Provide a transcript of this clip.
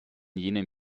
jenem